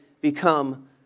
become